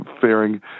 faring